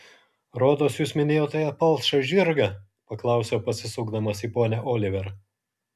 rodos jūs minėjote palšą žirgą paklausiau pasisukdamas į ponią oliver